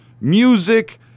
music